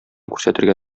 күрсәтергә